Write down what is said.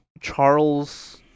Charles